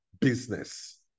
business